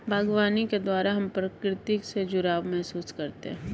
बागवानी के द्वारा हम प्रकृति से जुड़ाव महसूस करते हैं